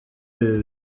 ibi